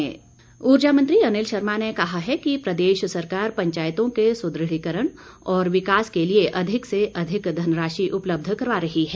अनिल शर्मा ऊर्जा मंत्री अनिल शर्मा ने कहा है कि प्रदेश सरकार पंचायतों के सुद्रढीकरण और विकास के लिए अधिक से अधिक धनराशि उपलब्ध करवा रही है